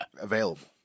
available